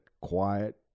quiet